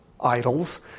idols